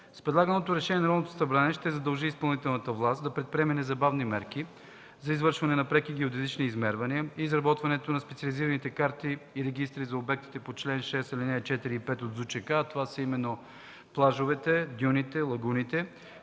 С предлаганото решение Народното събрание ще задължи изпълнителната власт да предприеме незабавни мерки за извършване на преки геодезически измервания и изработване на специализирани карти и регистри за обектите по чл. 6, ал. 4 и 5 от ЗУЧК, а това са именно плажовете, дюните, лагуните,